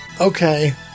okay